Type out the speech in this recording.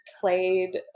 played